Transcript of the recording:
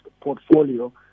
portfolio